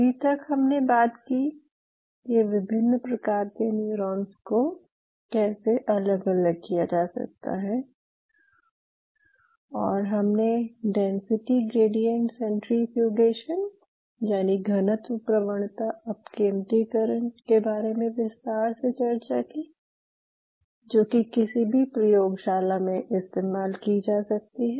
अभी तक हमने बात की कि विभिन्न प्रकार के न्यूरॉन्स को कैसे अलग अलग किया जा सकता है और हमने डेंसिटी ग्रेडिएंट सेंटरीफुगेशन यानि घनत्व प्रवणता अपकेंद्रीकरण के बारे में विस्तार से चर्चा की जो की किसी भी प्रयोगशाला में इस्तेमाल की जा सकती है